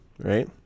right